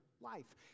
life